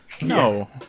No